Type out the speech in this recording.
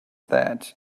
that